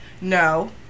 No